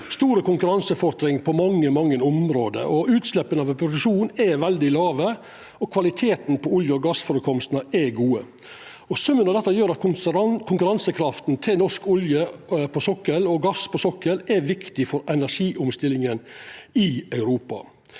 store konkurransefortrinn på svært mange område. Utsleppa frå produksjonen er veldig låge, og kvaliteten på olje- og gassførekomstane er gode. Summen av dette gjer at konkurransekrafta til norsk olje og gass på sokkelen er viktig for energiomstillinga i Europa.